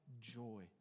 joy